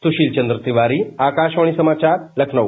सुशील चंद्र तिवारी आकाशवाणी समाचार लखनऊ